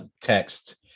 text